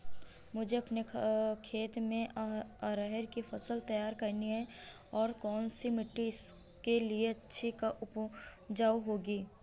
मुझे अपने खेत में अरहर की फसल तैयार करनी है और कौन सी मिट्टी इसके लिए अच्छी व उपजाऊ होगी?